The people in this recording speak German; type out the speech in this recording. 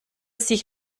sich